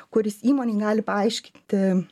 kuris įmonei gali paaiškinti